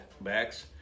backs